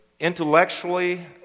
Intellectually